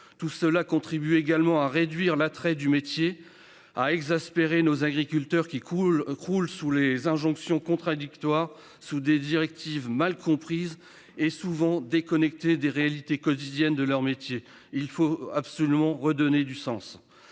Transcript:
tout cela contribue également à réduire l'attrait du métier, à exaspérer nos agriculteurs qui coule croule sous les injonctions contradictoires sous des directives mal comprises et souvent déconnectés des réalités quotidiennes de leur métier, il faut absolument redonner du sens.